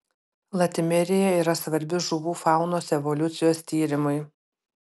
latimerija yra svarbi žuvų faunos evoliucijos tyrimui